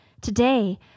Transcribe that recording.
Today